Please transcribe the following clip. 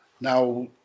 Now